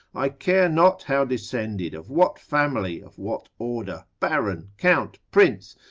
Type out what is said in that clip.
i care not how descended, of what family, of what order, baron, count, prince,